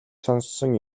сонссон